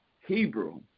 Hebrew